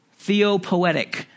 Theopoetic